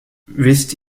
wisst